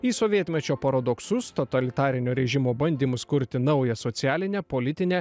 į sovietmečio paradoksus totalitarinio režimo bandymus kurti naują socialinę politinę